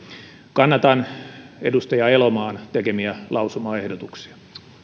kannatan edustaja elomaan tekemiä lausumaehdotuksia